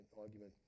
argument